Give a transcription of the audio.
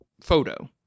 photo